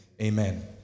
amen